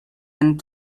and